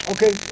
Okay